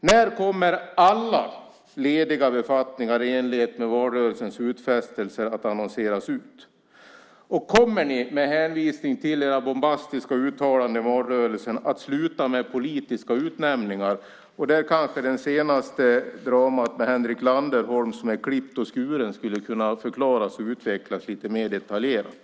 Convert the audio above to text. När kommer alla lediga befattningar i enlighet med valrörelsens utfästelser att annonseras ut? Och kommer ni med hänvisning till era bombastiska uttalanden i valrörelsen att sluta med politiska utnämningar? Där skulle kanske det senaste dramat med Henrik Landerholm som är klippt och skuren kunna förklaras och utvecklas lite mer detaljerat.